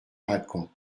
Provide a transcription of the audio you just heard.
racan